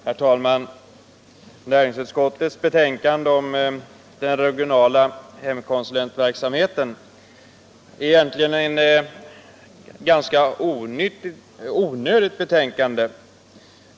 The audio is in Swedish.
Herr talman! Utskottsbetänkandet om den regionala konsumentpolitiska verksamheten är egentligen ett ganska onödigt betänkande.